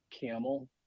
Camel